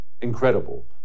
incredible